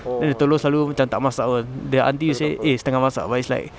then the telur selalu macam tak masak apa the aunty will say eh setengah masak but it's like